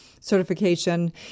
certification